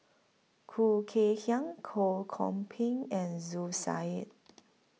Khoo Kay Hian Ho Kwon Ping and Zu Said